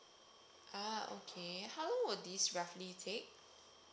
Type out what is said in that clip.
ah okay how long will this roughly take